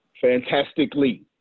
fantastically